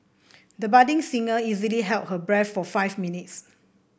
the budding singer easily held her breath for five minutes